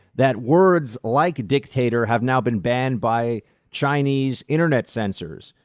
that words like dictator have now been banned by chinese internet censors.